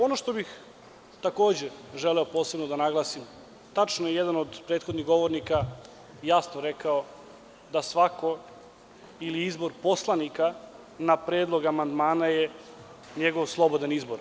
Ono što bih takođe želeo posebno da naglasim, tačno je, jedan od prethodnih govornika je jasno rekao da izbor poslanika na predlog amandmana je njegov slobodan izbor.